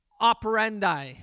operandi